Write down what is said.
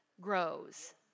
grows